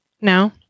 No